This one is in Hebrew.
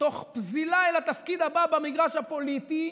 תוך פזילה אל התפקיד הבא במגרש הפוליטי,